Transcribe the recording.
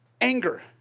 Anger